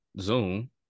Zoom